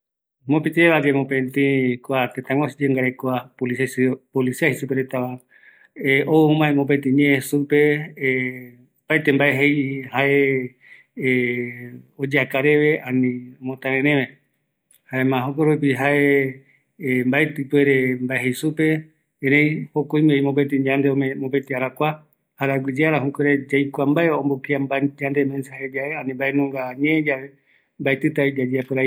Mopëtɨ pɨtu yave ndaye, mopëtɨ detectivepe ou övae kuatia ikavimbaeva supe, jokua ombouva mbaetɨ jae oikua, ëreï kua mbaetɨetei jei mbae supe, esa mbaetɨ jae oikua mbaerupi jei supeva, kuako jaevi mopëtï arakua, mbaetɨta yayaka kia yaikua mbaereve kuatiarupi